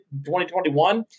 2021